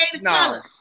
No